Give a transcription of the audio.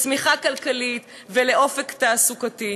לצמיחה כלכלית ולאופק תעסוקתי.